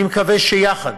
אני מקווה שיחד